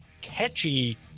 catchy